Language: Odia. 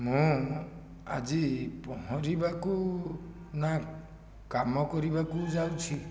ମୁଁ ଆଜି ପହଁରିବାକୁ ନା କାମ କରିବାକୁ ଯାଉଛି